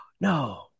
No